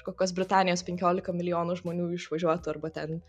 kokios britanijos penkiolika milijonų žmonių išvažiuotų arba ten